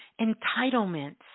entitlements